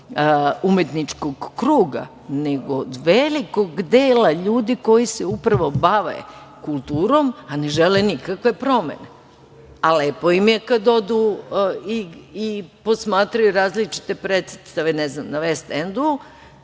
umetničkog kruga, nego od velikog dela ljudi koji se upravo bave kulturom, a ne žele nikakve promene, a lepo im je kada odu i posmatraju različite predstave, ne znam, na „Vest Endu“